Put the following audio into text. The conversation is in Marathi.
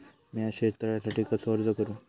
मीया शेत तळ्यासाठी कसो अर्ज करू?